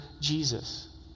Jesus